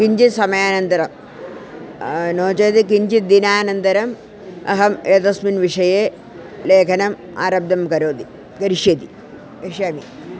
किञ्चिद् समयानन्तरं नो चेत् किञ्चिद् दिनानन्तरम् अहम् एतस्मिन् विषये लेखनम् आरब्धं करोमि करिष्यामि करिष्यामि